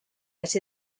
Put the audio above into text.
that